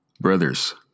Brothers